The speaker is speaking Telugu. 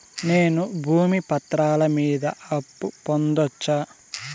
నేను భూమి పత్రాల మీద అప్పు పొందొచ్చా?